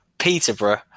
Peterborough